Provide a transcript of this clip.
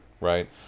right